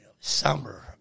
summer